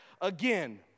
again